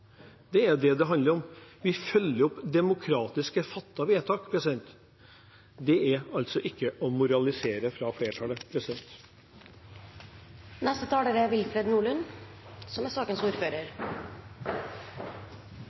Det er det det handler om. Vi følger opp demokratisk fattede vedtak. Det er ikke å moralisere fra flertallet.